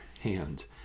hands